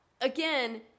again